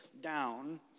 down